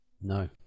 No